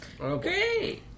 Okay